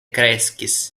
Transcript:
kreskis